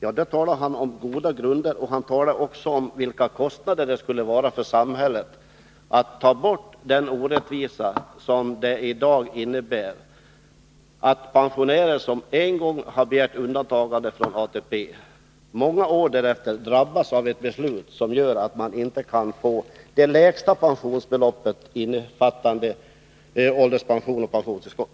Herr Aspling nämnde båda grupperna och talade också om vilka kostnader det skulle medföra för samhället att ta bort den orättvisa som det i dag innebär att pensionärer, som en gång har begärt undantagande från ATP, många år därefter drabbas av ett beslut, som gör att de inte kan få det lägsta pensionsbeloppet innefattande ålderspension och pensionstillskott.